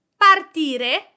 Partire